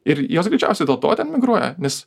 ir jos greičiausiai dėl to ten migruoja nes